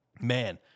man